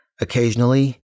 Occasionally